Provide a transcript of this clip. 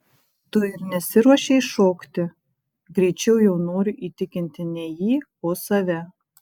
tu ir nesiruošei šokti greičiau jau noriu įtikinti ne jį o save